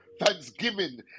thanksgiving